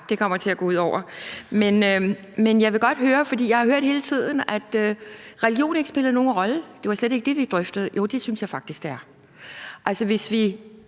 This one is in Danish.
det kommer til at gå ud over. Men jeg vil godt høre noget, for jeg har hørt hele tiden, at religion ikke spillede nogen rolle; det var slet ikke det, vi drøftede. Jo, det synes jeg faktisk det er. Altså, hvis man